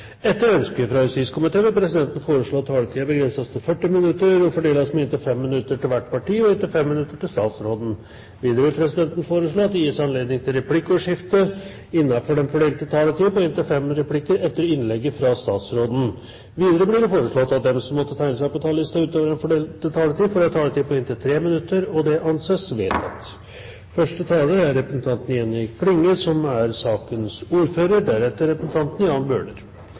Etter ønske fra transport- og kommunikasjonskomiteen vil presidenten foreslå at taletiden begrenses til 40 minutter og fordeles med inntil 5 minutter til hvert parti og inntil 5 minutter til statsråden. Videre vil presidenten foreslå at det gis anledning til replikkordskifte på inntil fem replikker med svar etter innlegget fra statsråden innenfor den fordelte taletid. Videre blir det foreslått at de som måtte tegne seg på talerlisten utover den fordelte taletid, får en taletid på inntil 3 minutter. – Dette debattopplegget anses vedtatt. Første taler burde normalt vært sakens ordfører,